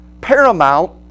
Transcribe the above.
paramount